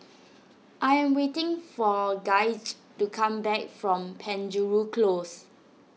I am waiting for Gaige to come back from Penjuru Close